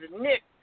Nick